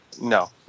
No